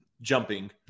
jumping